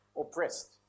oppressed